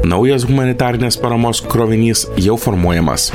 naujas humanitarinės paramos krovinys jau formuojamas